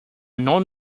non